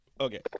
okay